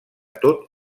tot